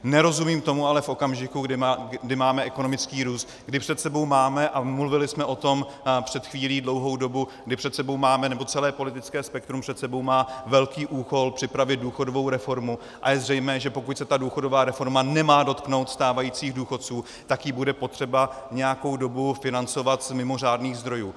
Nerozumím tomu ale v okamžiku, kdy máme ekonomický růst, kdy před sebou máme, a mluvili jsme o tom před chvílí dlouhou dobu, kdy před sebou máme, nebo celé politické spektrum před sebou má velký úkol připravit důchodovou reformu, a je zřejmé, že pokud se ta důchodová reforma nemá dotknout stávajících důchodců, tak ji bude potřeba nějakou dobu financovat z mimořádných zdrojů.